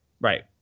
right